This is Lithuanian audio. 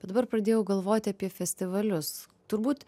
dabar pradėjau galvoti apie festivalius turbūt